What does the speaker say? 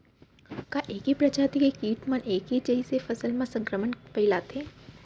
का ऐके प्रजाति के किट मन ऐके जइसे फसल म संक्रमण फइलाथें?